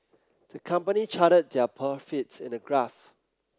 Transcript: the company charted their profits in a graph